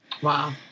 Wow